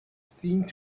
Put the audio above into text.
seemed